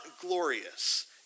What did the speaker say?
glorious